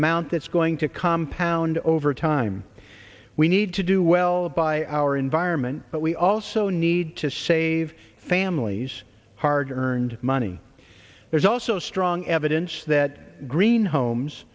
amount that's going to compound over time we need to do well by our environment but we also need to save families hard earned money there's also strong evidence that green homes